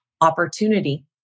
opportunity